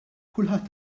kulħadd